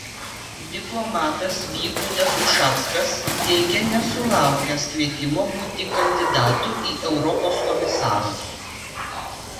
diplomatas vygaudas ušackas teigia nesulaukęs kvietimo būti kandidatu į europos komisarus